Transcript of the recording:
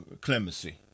clemency